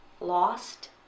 lost